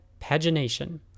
pagination